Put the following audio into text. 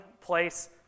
place